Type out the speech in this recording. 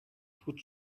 put